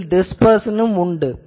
இதில் டிஸ்பெர்சன் உண்டு